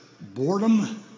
boredom